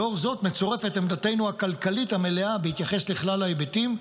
לאור זאת מצורפת עמדתנו הכלכלית המלאה בהתייחס לכלל ההיבטים,